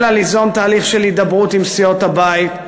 אלא ליזום תהליך של הידברות עם סיעות הבית.